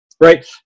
right